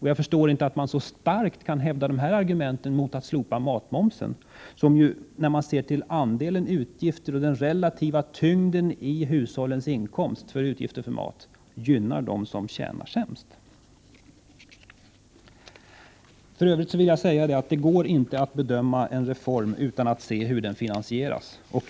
Jag förstår inte hur man så starkt kan hävda de här argumenten mot att slopa matmomsen, som, när man ser till den relativa tyngden av hushållens utgifter för mat, gynnar dem som tjänar sämst. För övrigt vill jag säga att det inte går bedöma en reform utan att se hur den finansieras.